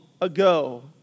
ago